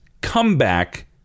comeback